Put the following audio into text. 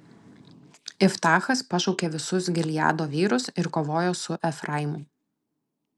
iftachas pašaukė visus gileado vyrus ir kovojo su efraimu